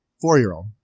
four-year-old